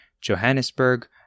Johannesburg